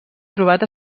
trobat